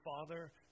Father